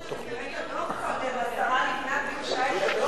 השרה לבנת ביקשה את הדוח